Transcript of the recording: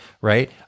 Right